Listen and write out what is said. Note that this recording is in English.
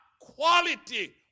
quality